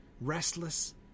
Restless